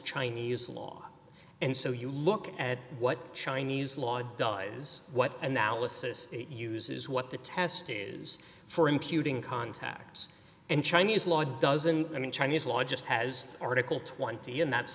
chinese law and so you look at what chinese law does what analysis it uses what the test is for imputing contacts and chinese law doesn't i mean chinese law just has article twenty and that's